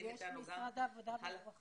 שנמצאים איתנו גם --- יש משרד העבודה והרווחה.